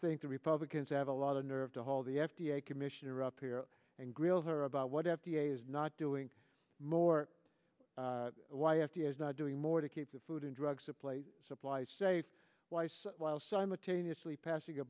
think the republicans have a lot of nerve to hold the f d a commissioner up here and grill her about what f d a is not doing more why f d a is not doing more to keep the food and drug supply supply safe while simultaneously passing a